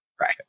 Right